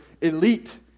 elite